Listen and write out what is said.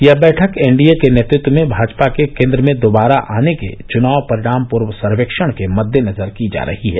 यह बैठक एनडीए के नेतृत्व में भाजपा के केन्द्र में दोबारा आने के चुनाव परिणाम पूर्व सर्वेक्षण के मद्देनजर की जा रही है